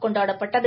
கொண்டாடப்பட்டது